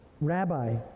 Rabbi